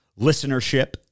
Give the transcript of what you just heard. listenership